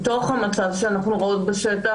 מתוך המצב שאנחנו רואות בשטח,